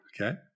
Okay